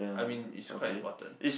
I mean it's quite important